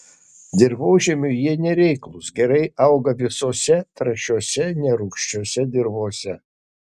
dirvožemiui jie nereiklūs gerai auga visose trąšiose nerūgščiose dirvose